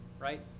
right